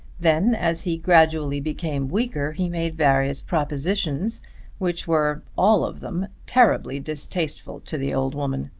then, as he gradually became weaker he made various propositions which were all of them terribly distasteful to the old woman.